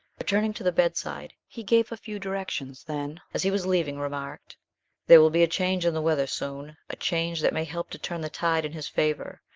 returning to the bedside, he gave a few directions, then, as he was leaving, remarked there will be a change in the weather soon, a change that may help to turn the tide in his favor,